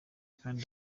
kandi